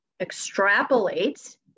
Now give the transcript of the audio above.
extrapolate